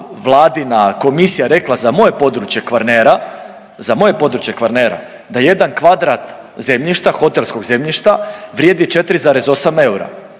vladina komisija rekla za moje područje Kvarnera, za moje područje Kvarnera da jedan kvadrat zemljišta, hotelskog zemljišta vrijedi 4,8 eura.